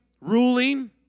ruling